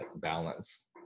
balance